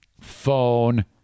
phone